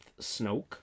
Snoke